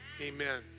Amen